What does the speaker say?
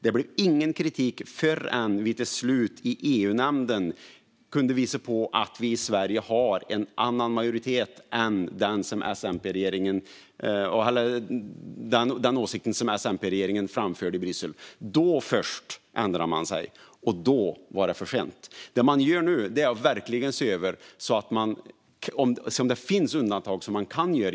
Det kom ingen kritik förrän vi till slut i EU-nämnden kunde visa på att vi i Sverige har en majoritet för en annan åsikt än den som S-MP-regeringen framförde i Bryssel. Då först ändrade man sig, och då var det för sent. Det man gör nu är att verkligen se över om det finns undantag man kan göra.